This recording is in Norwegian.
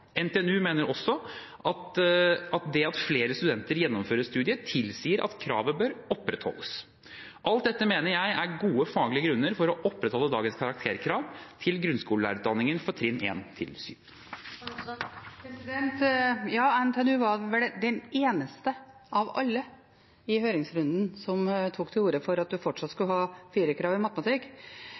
NTNU mener også at det at flere studenter gjennomfører studiet, tilsier at kravet bør opprettholdes. Alt dette mener jeg er gode faglige grunner for å opprettholde dagens karakterkrav til grunnskolelærerutdanningen for trinn 1–7. Ja, NTNU var vel den eneste av alle i høringsrunden som tok til orde for at en fortsatt skal ha firerkrav i matematikk.